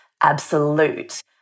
absolute